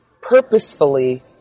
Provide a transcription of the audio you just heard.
purposefully